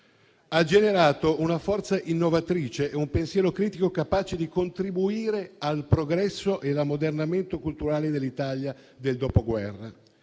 Ha generato una forza innovatrice e un pensiero critico capaci di contribuire al progresso e all'ammodernamento culturale dell'Italia del Dopoguerra.